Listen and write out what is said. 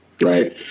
Right